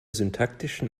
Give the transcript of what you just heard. syntaktischen